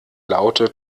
laute